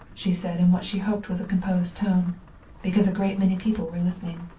she said in what she hoped was a composed tone because a great many people were listening.